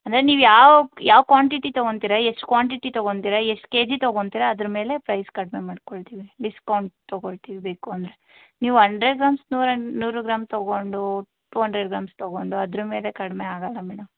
ಅಂದರೆ ನೀವು ಯಾವ ಯಾವ ಕ್ವಾಂಟಿಟಿ ತೊಗೊತಿರಾ ಎಷ್ಟು ಕ್ವಾಂಟಿಟಿ ತೊಗೊತಿರಾ ಎಷ್ಟು ಕೆ ಜಿ ತೊಗೊತಿರಾ ಅದರ ಮೇಲೆ ಪ್ರೈಸ್ ಕಡಿಮೆ ಮಾಡ್ಕೊಳ್ತೀವಿ ಡಿಸ್ಕೌಂಟ್ ತೊಗೊಳ್ತೀವಿ ಬೇಕು ಅಂದರೆ ನೀವು ಹಂಡ್ರೆಡ್ ಗ್ರಾಮ್ಸ್ ನೂರ ನೂರು ಗ್ರಾಮ್ ತೊಗೊಂಡು ಟು ಹಂಡ್ರೆಡ್ ಗ್ರಾಮ್ಸ್ ತೊಗೊಂಡು ಅದರ ಮೇಲೆ ಕಡಿಮೆ ಆಗಲ್ಲ ಮೇಡಮ್